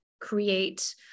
create